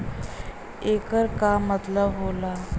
येकर का मतलब होला?